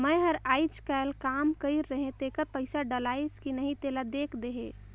मै हर अईचकायल काम कइर रहें तेकर पइसा डलाईस कि नहीं तेला देख देहे?